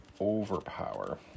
overpower